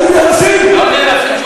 לא נהרסים?